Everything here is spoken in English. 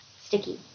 sticky